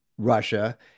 Russia